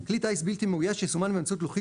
כלי טיס בלתי מאויש שיסומן באמצעות לוחית